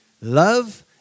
love